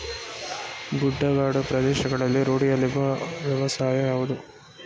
ಗುಡ್ಡಗಾಡು ಪ್ರದೇಶಗಳಲ್ಲಿ ರೂಢಿಯಲ್ಲಿರುವ ವ್ಯವಸಾಯ ಯಾವುದು?